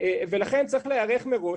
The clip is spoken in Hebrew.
ולכן צריך להיערך מראש.